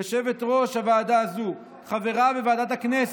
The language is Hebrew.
יושבת-ראש הוועדה הזו, חברה בוועדת הכנסת.